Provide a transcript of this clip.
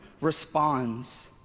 responds